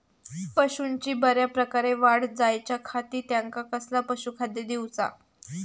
पशूंची बऱ्या प्रकारे वाढ जायच्या खाती त्यांका कसला पशुखाद्य दिऊचा?